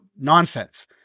nonsense